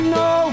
no